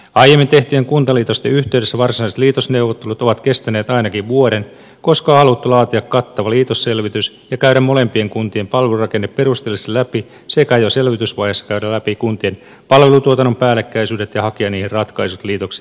aiemmin tehtyjen kuntaliitosten yhteydessä varsinaiset liitosneuvottelut ovat kestäneet ainakin vuoden koska on haluttu laatia kattava liitosselvitys ja käydä molempien kuntien palvelurakenne perusteellisesti läpi sekä jo selvitysvaiheessa käydä läpi kuntien palvelutuotannon päällekkäisyydet ja hakea niihin ratkaisut liitoksen jälkeiseen aikaan